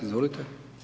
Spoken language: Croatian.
Izvolite.